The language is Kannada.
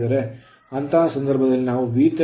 ಅಂತಹ ಸಂದರ್ಭದಲ್ಲಿ ನಾವು Vth V ಅನ್ನು ಕಾಣುತ್ತೇವೆ